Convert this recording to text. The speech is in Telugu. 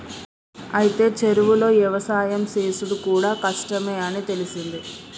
అయితే చెరువులో యవసాయం సేసుడు కూడా కష్టమే అని తెలిసింది